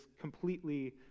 completely